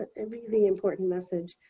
a really important message.